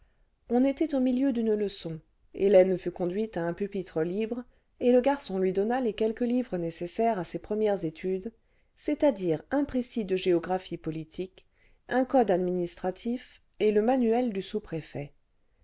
on était au milieu d'une leçon hélène fut conduite à un pupitre libre et le garçon lui donna les quelques livres nécessaires à ses premières études c'est-à-dire un précis professeur classe de gouvernement le professeur d'éreintement le vingtième siècle de géographie politique un code administratif et le manuel du sous-préfet